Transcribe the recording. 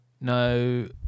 no